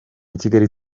kigali